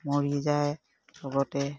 মৰি যায় লগতে